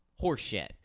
Horseshit